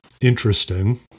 interesting